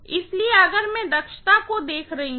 इसलिए अगर मैं दक्षता को देख रही हूँ